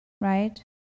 right